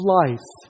life